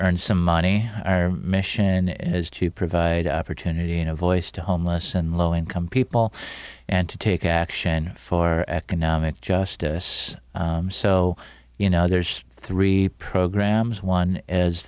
earn some money our mission is to provide opportunity and a voice to homeless and low income people and to take action for economic justice so you know there's three programs one